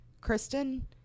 Kristen